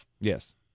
yes